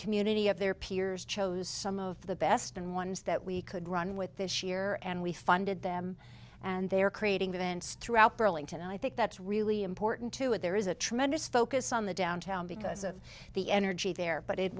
community of their peers chose some of the best and ones that we could run with this year and we funded them and they are creating the vents throughout burlington and i think that's really important to add there is a tremendous focus on the downtown because of the energy there but it